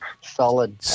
Solid